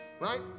right